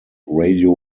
radio